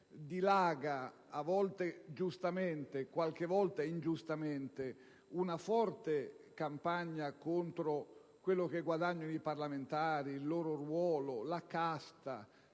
dilaga, a volte giustamente - qualche volta ingiustamente - una forte campagna contro quello che guadagnano i parlamentari, il loro ruolo e la casta